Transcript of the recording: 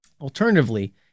Alternatively